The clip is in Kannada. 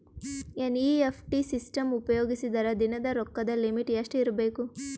ಎನ್.ಇ.ಎಫ್.ಟಿ ಸಿಸ್ಟಮ್ ಉಪಯೋಗಿಸಿದರ ದಿನದ ರೊಕ್ಕದ ಲಿಮಿಟ್ ಎಷ್ಟ ಇರಬೇಕು?